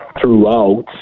throughout